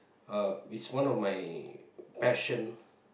uh it's one of my passion